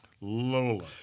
Lola